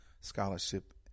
scholarship